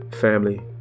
Family